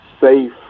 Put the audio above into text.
safe